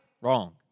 Wrong